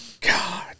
God